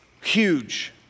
Huge